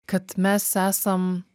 kad mes esam